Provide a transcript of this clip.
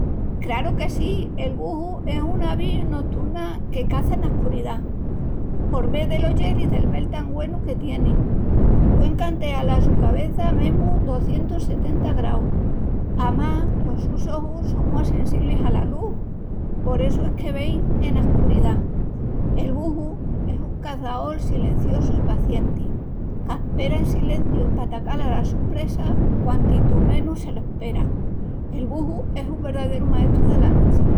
Craru que sí, el buhu es una avi noturna que caça ena escuridá, por mé del oyel i del vel tan güenu que tienin. Puein canteal la su cabeça mesmu docientus setenta graus. Amás, los sus ojus son mu assenssiblis ala lus, por essu es que vein ena escuridá. El buhu es un caçaol silenciosu i pacienti, qu'aspera en silenciu pa atacal alas sus presas quantitu menus se lo asperan. El buhu es un verdaeru maestru dela nochi.